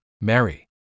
Mary